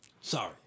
Sorry